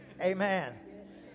Amen